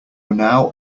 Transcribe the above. now